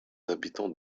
habitants